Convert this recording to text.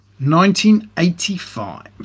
1985